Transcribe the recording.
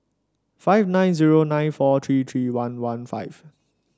five nine zero nine four three three one one five